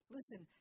Listen